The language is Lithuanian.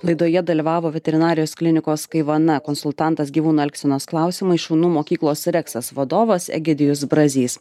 laidoje dalyvavo veterinarijos klinikos kaivana konsultantas gyvūnų elgsenos klausimais šunų mokyklos reksas vadovas egidijus brazys